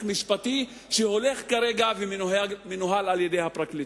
משפטי שמנוהל כרגע על-ידי הפרקליטות.